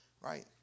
right